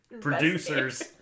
producers